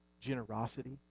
generosity